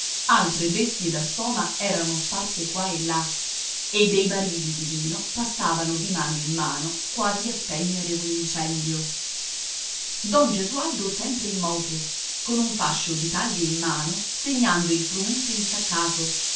altre bestie da soma erano sparse qua e là e dei barili di vino passavano di mano in mano quasi a spegnere un incendio don gesualdo sempre in moto con un fascio di taglie in mano segnando il frumento insaccato